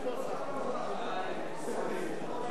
איפה שר האוצר?